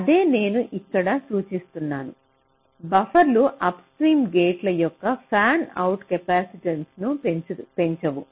ఇదే నేను ఇక్కడ సూచిస్తున్నాను బఫర్లు అప్స్ట్రీమ్ గేట్ల యొక్క ఫ్యాన్అవుట్ కెపాసిటెన్స్ను పెంచవు